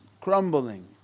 crumbling